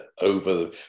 over